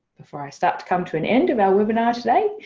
before i start to come to an end of our webinar today.